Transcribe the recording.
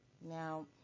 Now